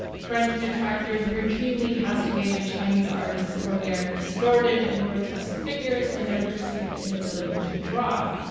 french detractors routinely castigated chinese artists for their distorted and grotesque figures and their perceived inability to draw.